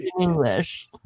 English